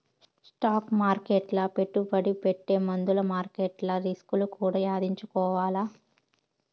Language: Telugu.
స్టాక్ మార్కెట్ల పెట్టుబడి పెట్టే ముందుల మార్కెట్ల రిస్కులు కూడా యాదించుకోవాల్ల